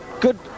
good